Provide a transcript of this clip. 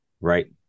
Right